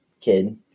kid